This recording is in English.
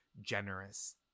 generous